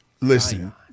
listen